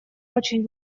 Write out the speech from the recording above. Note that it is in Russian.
очень